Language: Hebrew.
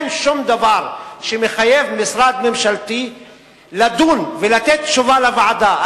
אין שום דבר שמחייב משרד ממשלתי לדון ולתת תשובה לוועדה.